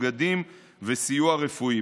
בגדים וסיוע רפואי.